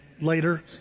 later